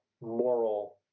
moral